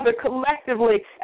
collectively